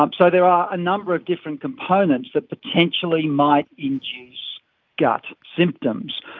um so there are a number of different components that potentially might induce gut symptoms.